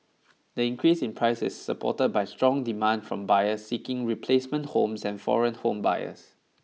the increase in prices supported by strong demand from buyers seeking replacement homes and foreign home buyers